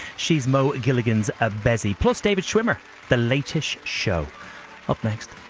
she's moe gilligan's of se david schwimmer the latish show up next